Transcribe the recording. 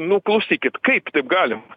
nu klausykit kaip taip galim